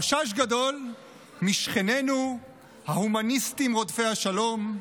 חשש גדול משכנינו ההומניסטים רודפי השלום,